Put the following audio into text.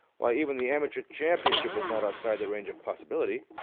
why, even the amateur championship was not outside the range of possibility.